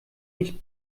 nicht